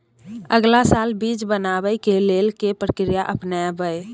अगला साल बीज बनाबै के लेल के प्रक्रिया अपनाबय?